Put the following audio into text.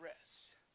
rest